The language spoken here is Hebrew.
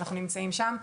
אנחנו נמצאים שם.